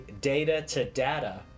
data-to-data